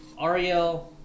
Ariel